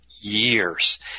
years